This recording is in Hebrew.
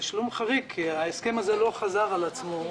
תשלום חריג כי ההסכם הזה לא חזר על עצמו,